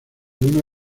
una